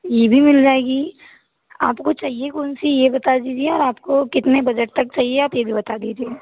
ये भी मिल जाएगी आपको चाहिए कौन सी ये बता दीजिए और आपको कितने बजट तक चाहिए आप ये भी बता दीजिए